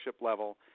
level